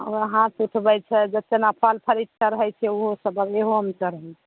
आ ओकरा हाथ उठबै छै जेना फल फरीच चढ़ै छै ओहो सभ अब एहूमे चढ़बै छै